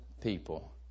people